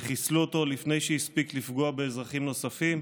וחיסלו אותו לפני שהספיק לפגוע באזרחים נוספים,